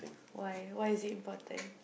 why why is it important